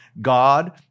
God